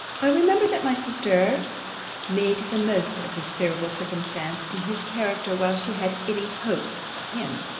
i remember, that my sister made the most of this favourable circumstance in his character while she had any hopes of him.